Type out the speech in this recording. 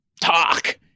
talk